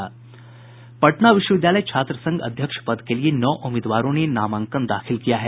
पटना विश्वविद्यालय छात्र संघ अध्यक्ष पद के लिए नौ उम्मीदवारों ने नामांकन दाखिल किया है